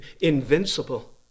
invincible